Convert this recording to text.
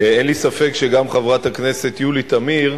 אין לי ספק שגם חברת הכנסת יולי תמיר,